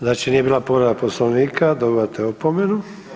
Znači nije bila povreda Poslovnika, dobivate opomenu.